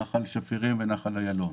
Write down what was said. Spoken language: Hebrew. נחל שפירים ונחל איילון.